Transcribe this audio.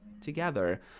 together